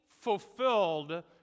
fulfilled